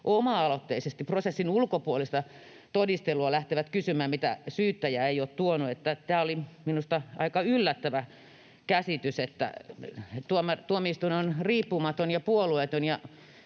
sellaista prosessin ulkopuolista todistelua, mitä syyttäjä ei ole tuonut? Tämä oli minusta aika yllättävä käsitys. Tuomioistuin on riippumaton ja puolueeton,